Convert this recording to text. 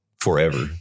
Forever